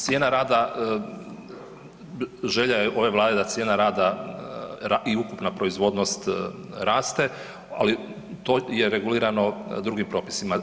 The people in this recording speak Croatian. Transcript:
Cijena rada, želja je ove Vlade da cijena rada i ukupna proizvodnost raste, ali to je regulirano drugim propisima.